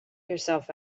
yourself